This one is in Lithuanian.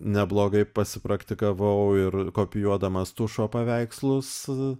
neblogai pasipraktikavau ir kopijuodamas tušo paveikslus